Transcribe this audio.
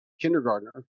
kindergartner